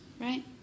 right